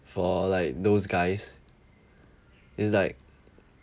for like those guys it's like